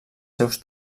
seus